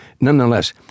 nonetheless